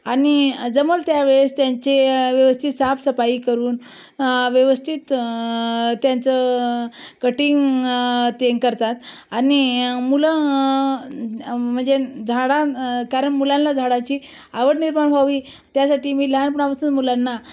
आणि जमेल त्यावेळेस त्यांचे व्यवस्थित साफसफाई करून व्यवस्थित त्यांचं कटिंग ते करतात आणि मुलं म्हणजे झाडं कारण मुलांना झाडाची आवड निर्माण व्हावी त्यासाठी मी लहानपणापासून मुलांना